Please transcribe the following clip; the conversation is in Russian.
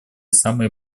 самые